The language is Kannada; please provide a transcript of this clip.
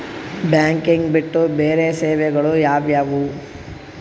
ಬ್ಯಾಂಕಿಂಗ್ ಬಿಟ್ಟು ಬೇರೆ ಸೇವೆಗಳು ಯಾವುವು?